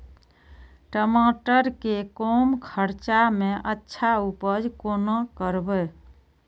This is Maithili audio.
टमाटर के कम खर्चा में अच्छा उपज कोना करबे?